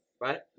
right